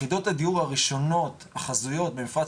יחידות הדיור הראשונות החזויות במפרץ